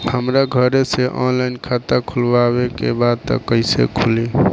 हमरा घरे से ऑनलाइन खाता खोलवावे के बा त कइसे खुली?